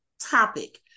topic